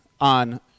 on